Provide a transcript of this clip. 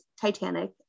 Titanic